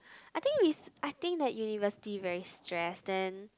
I think rec~ I think that university very stress then